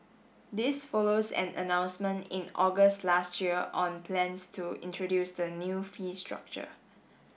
this follows an announcement in August last year on plans to introduce the new fee structure